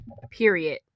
period